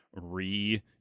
re